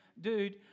dude